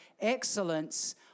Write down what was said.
excellence